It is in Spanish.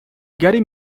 gary